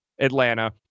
Atlanta